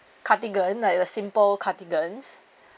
cardigan like a simple cardigans